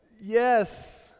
yes